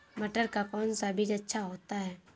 मटर का कौन सा बीज अच्छा होता हैं?